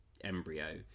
embryo